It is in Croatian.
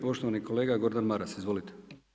Poštovani kolega Gordan Maras, izvolite.